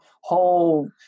whole